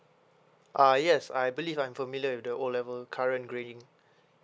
ah yes I believe I'm familiar with the O level current grading